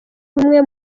bumwe